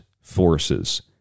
forces